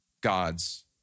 God's